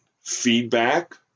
feedback